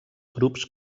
grups